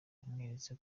yamweretse